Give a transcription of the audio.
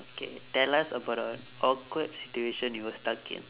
okay tell us about a awkward situation you were stuck in